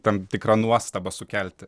tam tikrą nuostabą sukelti